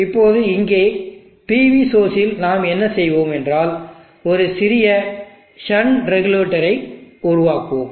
இப்போது இங்கே PV source இல் நாம் என்ன செய்வோம் என்றால் ஒரு சிறிய ஷன்ட் ரெகுலேட்டரை உருவாக்குவோம்